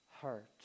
heart